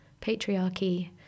patriarchy